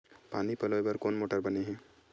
पानी पलोय बर कोन मोटर बने हे?